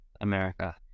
America